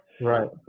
Right